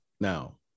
Now